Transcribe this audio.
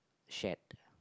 shade